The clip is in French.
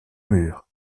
mur